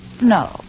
No